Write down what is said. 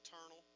eternal